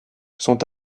sont